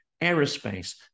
aerospace